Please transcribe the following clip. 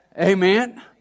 Amen